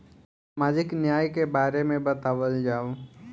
सामाजिक न्याय के बारे में बतावल जाव?